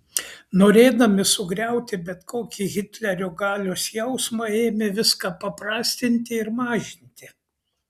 norėdami sugriauti bet kokį hitlerio galios jausmą ėmė viską paprastinti ir mažinti